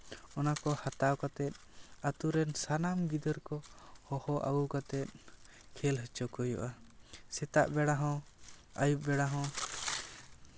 ᱚᱱᱟ ᱠᱚ ᱦᱟᱛᱟᱣ ᱠᱟᱛᱮᱜ ᱟᱹᱛᱩ ᱨᱮᱱ ᱥᱟᱱᱟᱢ ᱜᱤᱫᱟᱹᱨ ᱠᱚ ᱦᱚᱦᱚ ᱟᱹᱜᱩ ᱠᱟᱛᱮᱜ ᱠᱷᱮᱞ ᱦᱚᱪᱚ ᱠᱚ ᱦᱩᱭᱩᱜᱼᱟ ᱥᱮᱛᱟᱜ ᱵᱮᱲᱟ ᱦᱚᱸ ᱟᱹᱭᱩᱵ ᱵᱮᱲᱟ ᱦᱚᱸ